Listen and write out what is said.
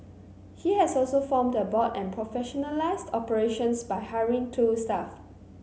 he has also formed a board and professionalised operations by hiring two staff